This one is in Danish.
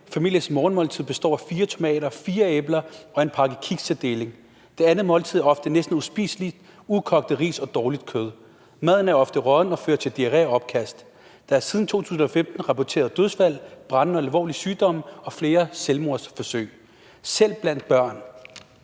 families morgenmad består af fire tomater, fire æbler og en pakke kiks til deling. Det andet måltid er ofte næsten uspiselige ukogte ris og dårligt kød. Maden er ofte rådden og fører til diarré og opkast. Der er siden 2015 rapporteret dødsfald, brande, alvorlige sygdomme og flere selvmordsforsøg, selv blandt børn.